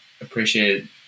appreciate